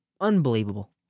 Unbelievable